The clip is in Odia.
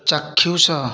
ଚାକ୍ଷୁଷ